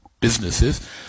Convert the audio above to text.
Businesses